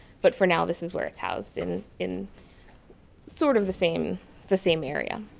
but for now this is where it's housed in in sort of the same the same area.